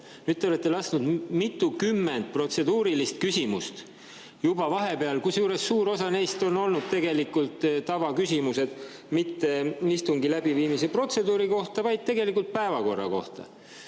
Nüüd te olete lasknud [küsida] mitukümmend protseduurilist küsimust juba vahepeal, kusjuures suur osa neist on olnud tavaküsimused, mitte istungi läbiviimise protseduuri kohta, vaid päevakorra kohta.